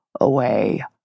away